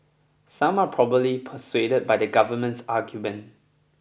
some are persuaded by the government's argument